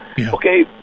Okay